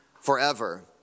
forever